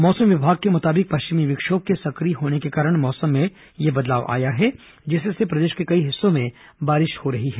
मौसम विभाग के मुताबिक पश्चिमी विक्षोम के सक्रिय होने के कारण मौसम में बदलाव आया है जिससे प्रदेश के कई हिस्सों में बारिश हो रही है